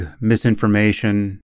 misinformation